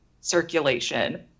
circulation